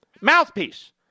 Mouthpiece